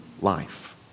life